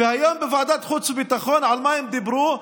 והיום בוועדת חוץ וביטחון, על מה הם דיברו?